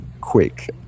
quick